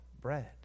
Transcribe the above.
bread